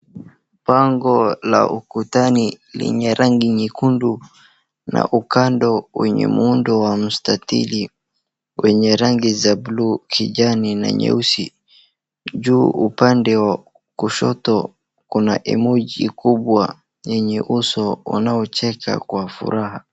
Pango la ukutani lenye rangi nyekundu na ukando wenye muundo wa mstatili wenye rangi za buluu, kijani na nyeusi. Juu upande kushoto kuna emoji kubwa yenye uso unaocheka kwa furaha.